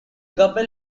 couple